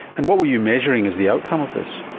and what were you measuring as the outcome of this?